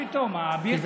רק לח"כ יהודי.